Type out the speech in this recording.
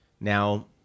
Now